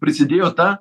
prisidėjo ta